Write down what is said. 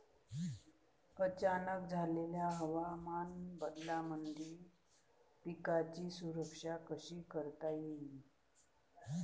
अचानक झालेल्या हवामान बदलामंदी पिकाची सुरक्षा कशी करता येईन?